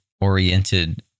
oriented